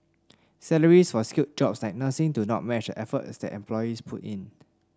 salaries for skilled jobs like nursing do not match the effort that employees put in